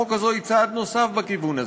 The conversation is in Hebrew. והצעת החוק הזו היא צעד נוסף בכיוון הזה,